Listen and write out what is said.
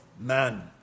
man